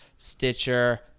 Stitcher